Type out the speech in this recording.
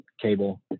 cable